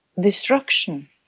destruction